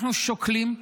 אנחנו שוקלים,